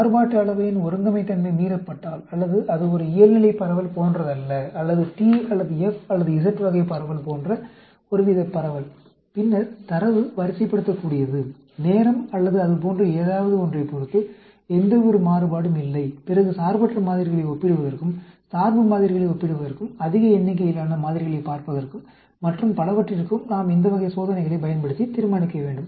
மாறுபாட்டு அளவையின் ஒருங்கமைத்தன்மை மீறப்பட்டால் அல்லது அது ஒரு இயல்நிலைப் பரவல் போன்றதல்ல அல்லது t அல்லது f அல்லது Z வகை பரவல் போன்ற ஒருவித பரவல் பின்னர் தரவு வரிசைப்படுத்தக்கூடியது நேரம் அல்லது அது போன்ற ஏதாவது ஒன்றைப் பொருத்து எந்தவொரு மாறுபாடும் இல்லை பிறகு சார்பற்ற மாதிரிகளை ஒப்பிடுவதற்கும் சார்பு மாதிரிகளை ஒப்பிடுவதற்கும் அதிக எண்ணிக்கையிலான மாதிரிகளைப் பார்ப்பதற்கும் மற்றும் பலவற்றிற்கும் நாம் இந்த வகை சோதனைகளைப் பயன்படுத்தி தீர்மானிக்க வேண்டும்